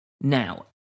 Now